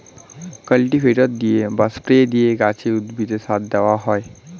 cultivator দিয়ে বা spray দিয়ে গাছে, উদ্ভিদে সার দেওয়া হয়